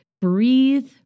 Breathe